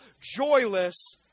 joyless